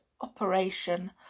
operation